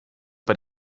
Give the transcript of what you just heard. bei